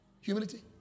humility